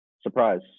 Surprise